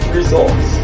results